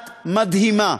את מדהימה.